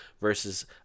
versus